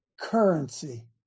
currency